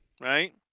right